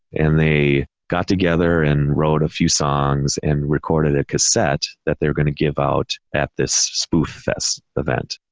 and they got together and wrote a few songs and recorded a cassette that they're going to give out at this spoof fest event.